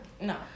no